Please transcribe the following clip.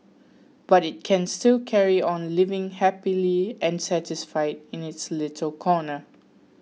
but it can still carry on living happily and satisfied in its little corner